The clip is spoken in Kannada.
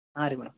ಹಾಂ ರೀ ಮೇಡಮ್